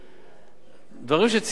הדברים שציינתם, ובצדק,